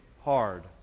hard